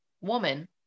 woman